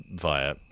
via